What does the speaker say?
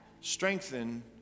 strengthen